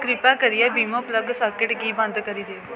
किरपा करियै वीमो प्लग साकेट गी बंद करी देओ